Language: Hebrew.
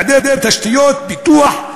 היעדר תשתיות, פיתוח,